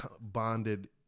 bonded